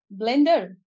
Blender